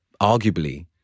arguably